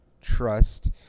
Trust